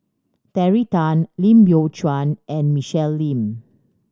Terry Tan Lim Biow Chuan and Michelle Lim